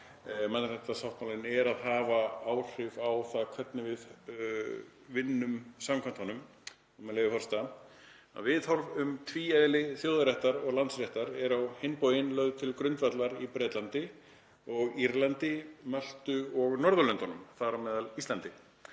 mannréttindasáttmálinn er að hafa áhrif á það hvernig við vinnum samkvæmt honum, með leyfi forseta: „Viðhorf um tvíeðli þjóðaréttar og landsréttar eru á hinn bóginn lögð til grundvallar í Bretlandi og á Írlandi, Möltu og Norðurlöndum, þar á meðal Íslandi.